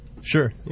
Sure